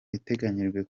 iteganyijwe